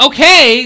Okay